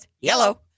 yellow